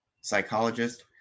psychologist